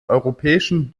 europäischen